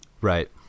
Right